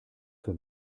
für